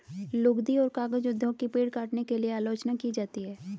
लुगदी और कागज उद्योग की पेड़ काटने के लिए आलोचना की जाती है